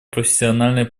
профессиональной